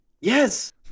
Yes